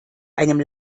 einem